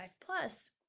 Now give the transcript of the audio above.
plus